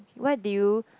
what did you